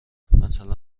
مثلا